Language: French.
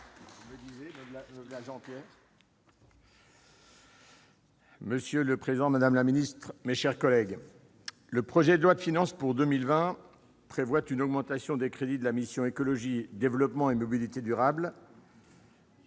Monsieur le président, madame la ministre, mes chers collègues, le projet de loi de finances pour 2020 prévoit une augmentation des crédits de la mission « Écologie, développement et mobilité durables